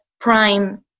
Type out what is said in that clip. prime